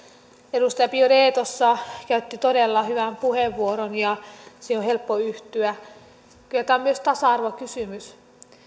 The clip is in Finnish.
edustaja biaudet tuossa käytti todella hyvän puheenvuoron ja siihen on helppo yhtyä kyllä tämä on myös tasa arvokysymys